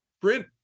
print